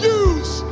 use